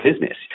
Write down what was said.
business